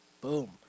Boom